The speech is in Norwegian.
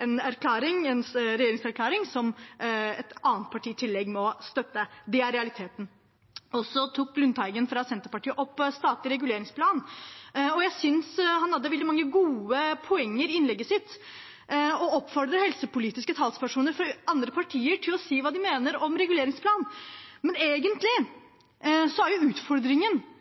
en regjeringserklæring som et annet parti i tillegg må støtte. Det er realiteten. Representanten Lundteigen fra Senterpartiet tok opp statlig reguleringsplan. Jeg synes han hadde veldig mange gode poenger i innlegget sitt og oppfordret helsepolitiske talspersoner for andre partier til å si hva de mener om reguleringsplanen. Men egentlig er jo utfordringen